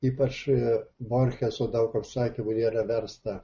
ypač borgeso daug apsakymų nėra versta